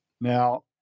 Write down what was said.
Now